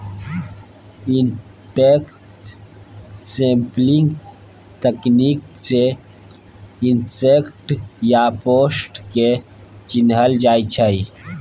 insect sampling तकनीक सँ insect या पेस्ट केँ चिन्हल जाइ छै